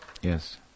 Yes